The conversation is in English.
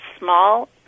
Small